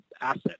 asset